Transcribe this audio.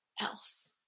else